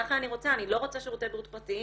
ככה אני רוצה, אני לא רוצה שירותי בריאות פרטיים.